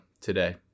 today